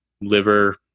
liver